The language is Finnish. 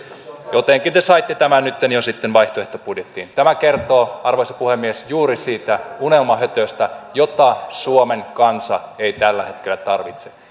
jotenkin te saitte tämän nytten jo sitten vaihtoehtobudjettiin tämä kertoo arvoisa puhemies juuri siitä unelmahötöstä jota suomen kansa ei tällä hetkellä tarvitse